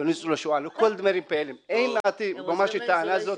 לניצולי שואה --- הם עוזרים לניצולי שואה.